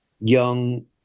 young